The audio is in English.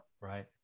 Right